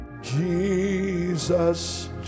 Jesus